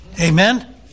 Amen